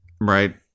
Right